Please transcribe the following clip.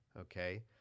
Okay